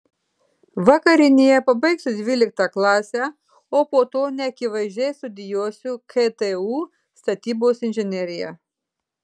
vakarinėje pabaigsiu dvyliktą klasę o po to neakivaizdžiai studijuosiu ktu statybos inžineriją